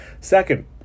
Second